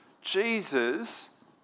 Jesus